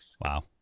Wow